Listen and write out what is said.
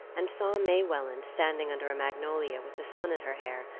and saw may welland standing under a magnolia with the sun in her hair,